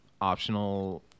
optional